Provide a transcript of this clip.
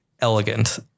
elegant